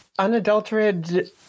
Unadulterated